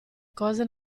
cose